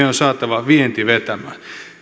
on saatava vienti vetämään